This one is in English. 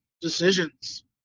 decisions